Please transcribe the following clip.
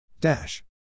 Dash